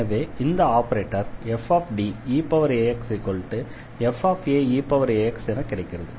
எனவே இந்த operator fDeaxfaeax என கிடைக்கிறது